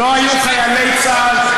לא היו חיילי צה"ל,